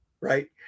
right